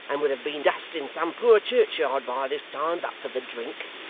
and would have been dust in some poor churchyard by this time, but for the drink